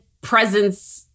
presence